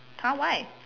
!huh! why